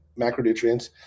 macronutrients